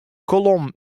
kolom